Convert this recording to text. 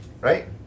right